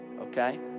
okay